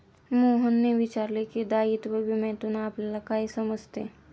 मोहनने विचारले की, दायित्व विम्यातून आपल्याला काय समजते?